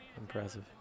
impressive